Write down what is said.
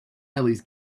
rileys